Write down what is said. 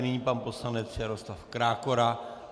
Nyní pan poslanec Jaroslav Krákora.